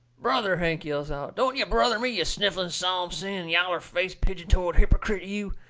brother! hank yells out, don't ye brother me, you sniffling, psalm-singing, yaller-faced, pigeon-toed hippercrit, you!